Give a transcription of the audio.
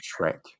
Shrek